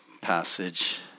passage